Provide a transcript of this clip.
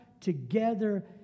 together